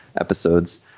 episodes